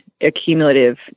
accumulative